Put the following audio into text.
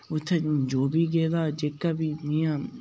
उत्थै जो बी गेदा जेह्का बी जि'यां